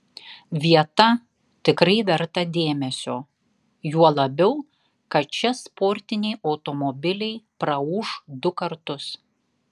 vieta tikrai verta dėmesio juo labiau kad čia sportiniai automobiliai praūš du kartus